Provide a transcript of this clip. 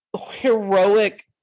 heroic